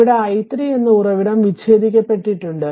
ഇവിടെ I3 എന്ന ഉറവിടം വിച്ഛേദിക്കപ്പെട്ടിട്ടുണ്ട്